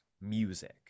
music